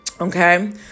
Okay